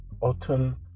autumn